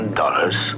dollars